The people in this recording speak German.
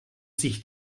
sich